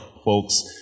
folks